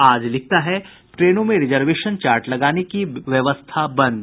आज लिखता है ट्रेनों में रिजर्वेशन चार्ट लगाने की व्यवस्था बंद